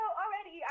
already